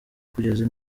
kugeza